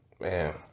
Man